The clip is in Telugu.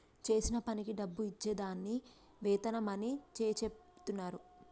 చేసిన పనికి డబ్బు ఇచ్చే దాన్ని వేతనం అని చెచెప్తున్నరు